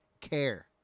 care